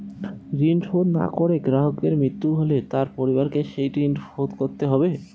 ঋণ শোধ না করে গ্রাহকের মৃত্যু হলে তার পরিবারকে সেই ঋণ শোধ করতে হবে?